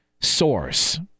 source